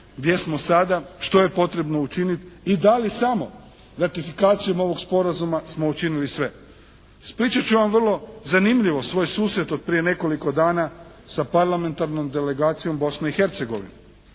gdje smo sada, što je potrebno učiniti i da li samo ratifikacijom ovog sporazuma smo učinili sve. Ispričat ću vam vrlo zanimljivo svoj susret od prije nekoliko dana sa parlamentarnom delegacijom Bosne i Hercegovine